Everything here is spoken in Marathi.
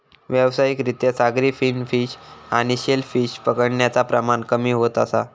व्यावसायिक रित्या सागरी फिन फिश आणि शेल फिश पकडण्याचा प्रमाण कमी होत असा